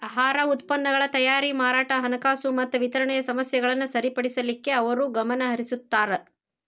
ಆಹಾರ ಉತ್ಪನ್ನಗಳ ತಯಾರಿ ಮಾರಾಟ ಹಣಕಾಸು ಮತ್ತ ವಿತರಣೆ ಸಮಸ್ಯೆಗಳನ್ನ ಸರಿಪಡಿಸಲಿಕ್ಕೆ ಅವರು ಗಮನಹರಿಸುತ್ತಾರ